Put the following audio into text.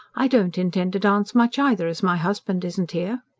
i don't intend to dance much either, as my husband isn't here.